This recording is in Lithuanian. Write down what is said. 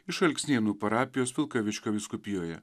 iš alksnėnų parapijos vilkaviškio vyskupijoje